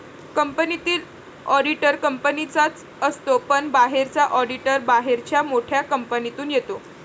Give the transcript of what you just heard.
कंपनीतील ऑडिटर कंपनीचाच असतो पण बाहेरचा ऑडिटर बाहेरच्या मोठ्या कंपनीतून येतो